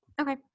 Okay